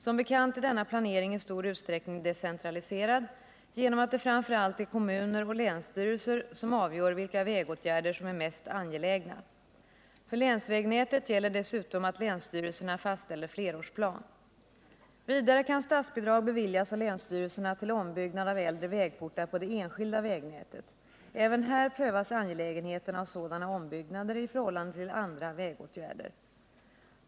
Som bekant är denna planering i stor utsträckning decentra 7 december 1978 liserad genom att det framför allt är kommuner och länsstyrelser som avgör vilka vägåtgärder som är mest angelägna. För länsvägnätet gäller dessutom att länsstyrelserna fastställer flerårsplan. Vidare kan statsbidrag beviljas av länsstyrelserna till ombyggnad av äldre vägportar på det enskilda vägnätet. Även här prövas angelägenheten av sådana ombyggnader i förhållande till andra vägåtgärder.